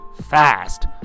fast